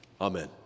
Amen